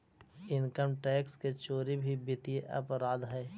income tax के चोरी भी वित्तीय अपराध हइ